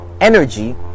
energy